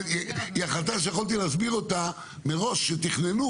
היא החלטה שיכולתי להסביר אותה מראש, כשתכננו.